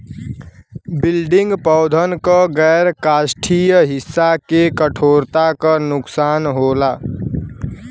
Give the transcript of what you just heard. wilting पौधन क गैर काष्ठीय हिस्सा के कठोरता क नुकसान होला